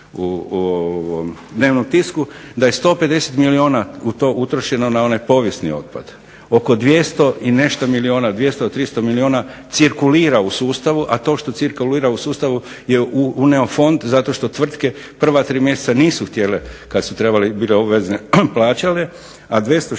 u dnevnom tisku, da je 150 milijuna u to utrošeno na onaj povijesni otpad, oko 200 i nešto milijuna, 200, 300 milijuna cirkulira u sustavu, a to što cirkulira u sustavu je …/Ne razumije se./… fond zato što tvrtke prva 3 mjeseca nisu htjele kad su trebale, bile obvezne plaćale, a 263 milijuna